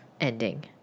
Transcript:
ending